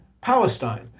Palestine